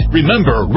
Remember